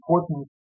important